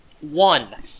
one